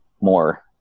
more